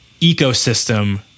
ecosystem